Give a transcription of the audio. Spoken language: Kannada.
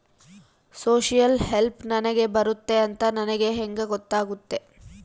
ಸೋಶಿಯಲ್ ಹೆಲ್ಪ್ ನನಗೆ ಬರುತ್ತೆ ಅಂತ ನನಗೆ ಹೆಂಗ ಗೊತ್ತಾಗುತ್ತೆ?